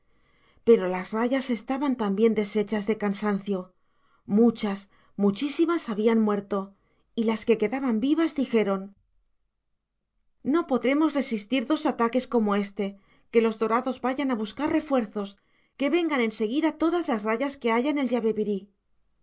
pero las rayas estaban también deshechas de cansancio muchas muchísimas habían muerto y las que quedaban vivas dijeron no podremos resistir dos ataques como éste que los dorados vayan a buscar refuerzos que vengan en seguida todas las rayas que haya en el